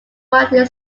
quality